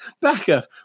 backup